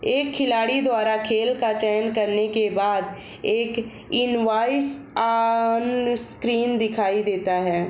एक खिलाड़ी द्वारा खेल का चयन करने के बाद, एक इनवॉइस ऑनस्क्रीन दिखाई देता है